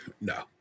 No